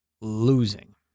losing